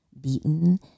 beaten